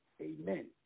amen